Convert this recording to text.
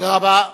תודה רבה.